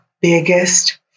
biggest